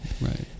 Right